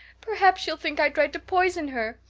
perhaps she'll think i tried to poison her.